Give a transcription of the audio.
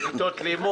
הפרדה.